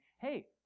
hey